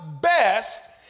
best